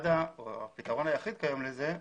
הפתרון היחיד כיום לזה,